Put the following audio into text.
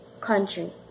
country